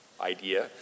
idea